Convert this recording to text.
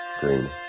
Green